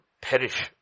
perish